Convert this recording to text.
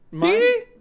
See